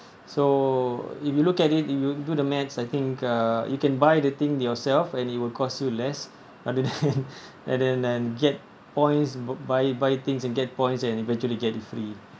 so if you look at it you do the maths I think uh you can buy the thing yourself and it will cost you less rather than rather than get points buy buy things and get points and eventually get it free